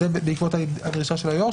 בעקבות הדרישה של היו"ר,